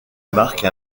marque